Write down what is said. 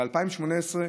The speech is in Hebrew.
ב-2018,